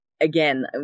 again